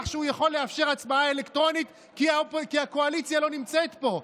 שהוא יכול לאפשר הצבעה אלקטרונית כי הקואליציה לא נמצאת פה,